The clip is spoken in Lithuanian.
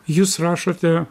jūs rašote